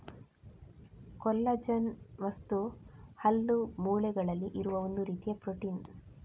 collagen ವಸ್ತು ಹಲ್ಲು, ಮೂಳೆಗಳಲ್ಲಿ ಇರುವ ಒಂದು ರೀತಿಯ ಪ್ರೊಟೀನ್